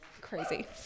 crazy